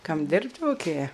kam dirbt lauke